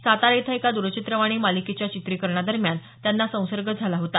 सातारा इथं एका द्रचित्रवाणी मालिकेच्या चित्रीकरणादरम्यान त्यांना संसर्ग झाला होता